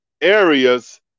areas